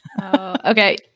okay